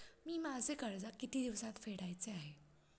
मी माझे कर्ज किती दिवसांत फेडायचे आहे?